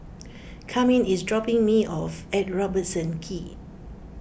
Carmine is dropping me off at Robertson Quay